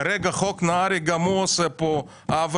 כי כרגע חוק נהרי עושה עוול,